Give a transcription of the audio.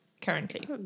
currently